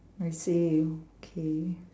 I see okay